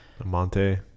Amante